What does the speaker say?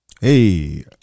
Hey